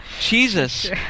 Jesus